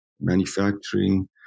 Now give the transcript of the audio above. manufacturing